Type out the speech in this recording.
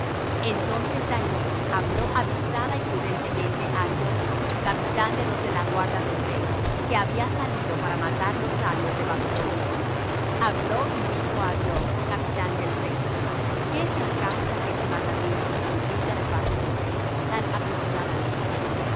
entonces daniel habló avisada y prudentemente á arioch capitán de los de la guarda del rey que había salido para matar los sabios de babilonia habló y dijo á arioch capitán del rey qué es la causa que este mandamiento se publica de parte del rey tan apresuradamente